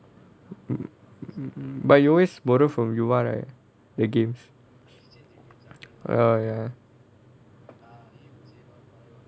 but you always borrow from yu ah right the games oh ya